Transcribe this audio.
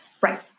Right